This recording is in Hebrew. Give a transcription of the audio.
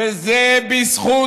וזה בזכות